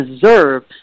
deserve